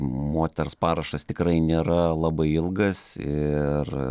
moters parašas tikrai nėra labai ilgas ir